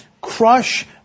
crush